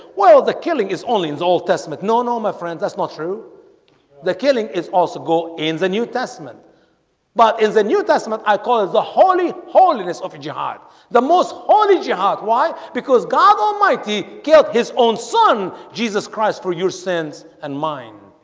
well the killing is only in the old testament. no, no my friends. that's not true the killing is also go in the new testament but in the new testament i call it the holy holiness of jihad the most. holy jihad why because god almighty killed his own son jesus christ for your sins and mine